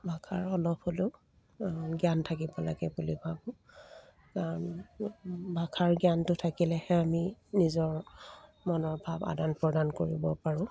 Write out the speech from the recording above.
ভাষাৰ অলপ হ'লেও জ্ঞান থাকিব লাগে বুলি ভাবোঁ কাৰণ ভাষাৰ জ্ঞানটো থাকিলেহে আমি নিজৰ মনৰ ভাৱ আদান প্ৰদান কৰিব পাৰোঁ